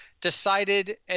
decided